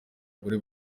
abagore